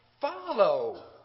follow